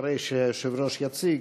אחרי שהיושב-ראש יציג,